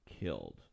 Killed